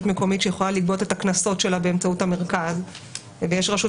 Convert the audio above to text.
מקומית שיכולה לגבות את הקנסות שלה באמצעות המרכז ויש רשות